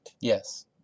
Yes